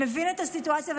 מבין את הסיטואציה,